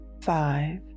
five